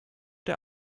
der